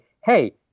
hey